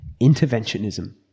Interventionism